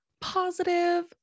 positive